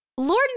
Lord